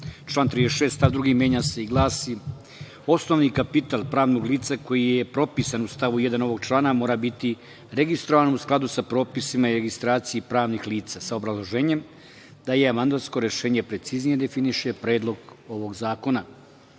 stav 2. menja se i glasi: „Osnovni kapital pravnog lica koji je propisan u stavu 1. ovog člana mora biti registrovan u skladu sa propisima i registraciji pravnih lica“, sa obrazloženjem da je amandmansko rešenje preciznije definiše predlog ovog zakona. Dame